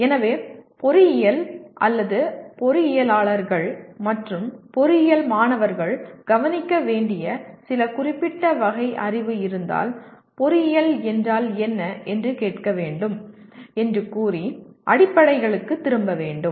எனவே பொறியியல் பொறியியலாளர்கள் மற்றும் பொறியியல் மாணவர்கள் கவனிக்க வேண்டிய சில குறிப்பிட்ட வகை அறிவு இருந்தால் பொறியியல் என்றால் என்ன என்று கேட்க வேண்டும் என்று கூறி அடிப்படைகளுக்குத் திரும்ப வேண்டும்